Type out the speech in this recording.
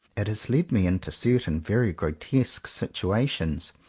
it has led me into certain very grotesque situations,